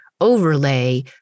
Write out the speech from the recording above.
overlay